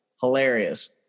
Hilarious